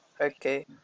Okay